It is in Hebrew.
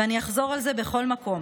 ואני אחזור על זה בכל מקום,